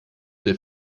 der